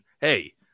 hey